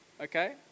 okay